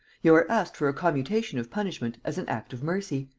you are asked for a commutation of punishment as an act of mercy.